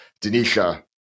denisha